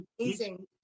amazing